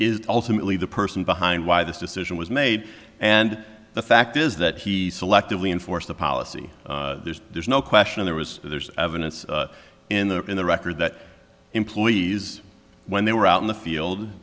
is ultimately the person behind why this decision was made and the fact is that he selectively enforce the policy there's no question there was there's evidence in there in the record that employees when they were out in the field